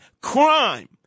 crime